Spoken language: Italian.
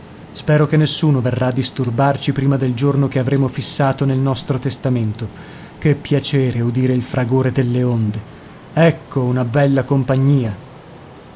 spero che nessuno verrà a disturbarci prima del giorno che avremo fissato nel nostro testamento che piacere udire il fragore delle onde ecco una bella compagnia